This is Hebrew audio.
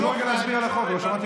ברוך השם,